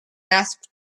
asked